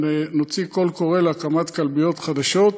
נוציא קול קורא להקמת כלביות חדשות.